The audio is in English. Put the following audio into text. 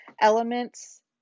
elements